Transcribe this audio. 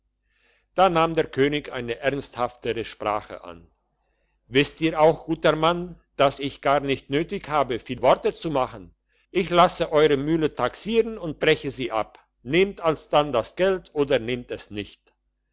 da nahm der könig eine ernsthaftere sprache an wisst ihr auch guter mann dass ich gar nicht nötig habe viel worte zu machen ich lasse euere mühle taxieren und breche sie ab nehmt alsdann das geld oder nehmt es nicht